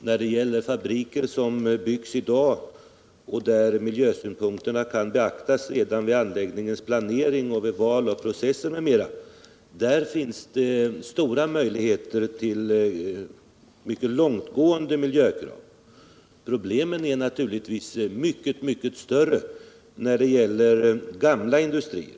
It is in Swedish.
När det gäller fabriker som byggs i dag kan miljösynpunkterna beaktas redan vid anläggningens planering, valet av processer m.m., och där finns det stora möjligheter att tillgodose mycket långtgående miljökrav. Problemen är naturligtvis mycket större när det gäller gamla industrier.